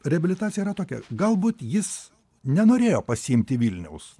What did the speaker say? reabilitacija yra tokia galbūt jis nenorėjo pasiimti vilniaus